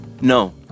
No